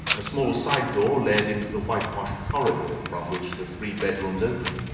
a small side door led into the whitewashed corridor from which the three bedrooms opened.